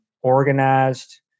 organized